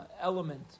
element